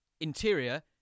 Interior